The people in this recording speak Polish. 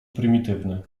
prymitywny